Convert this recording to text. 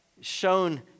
shown